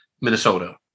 Minnesota